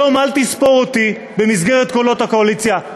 היום אל תספור אותי במסגרת קולות הקואליציה,